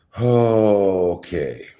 Okay